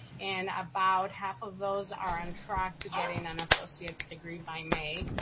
and about half of those are on track to getting an associate's degree by may.